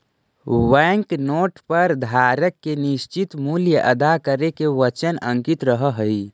bank note पर धारक के निश्चित मूल्य अदा करे के वचन अंकित रहऽ हई